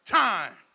time